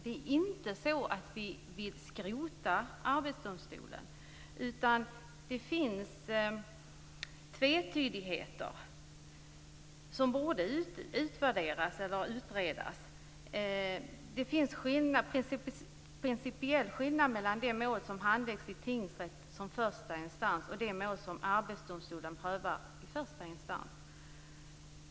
Det är inte så att vi vill skrota Arbetsdomstolen, men det finns tvetydigheter som borde utredas. Det finns principiella skillnader mellan de mål som handläggs i tingsrätt som första instans och de mål som Arbetsdomstolen prövar som första instans.